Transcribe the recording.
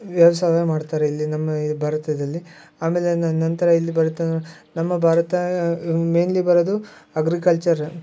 ವ್ಯವಸಾಯ ಮಾಡ್ತಾರೆ ಇಲ್ಲಿ ನಮ್ಮ ಈ ಭಾರತದಲ್ಲಿ ಆಮೇಲೆ ನಂತರ ಇಲ್ಲಿ ಬರತ್ತೆ ನಮ್ಮ ಭಾರತ ಮೇಯ್ನ್ಲಿ ಬರೋದು ಅಗ್ರಿಕಲ್ಚರ್